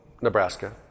Nebraska